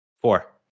Four